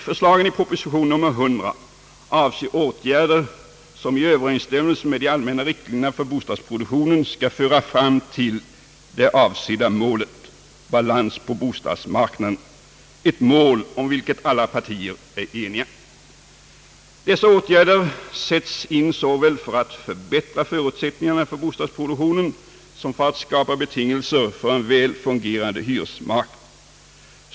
Förslagen i proposition nr 100 avser åtgärder som i överensstämmelse med de allmänna riktlinjerna för bostadsproduktionen skall föra fram till det avsedda målet, balans på bostadsmarknaden, om vilket alla parter är eniga. Dessa åtgärder sätts in såväl för att förbättra förutsättningarna för bostadsproduktionen som för att skapa betingelser för en väl fungerande hyresmarknad.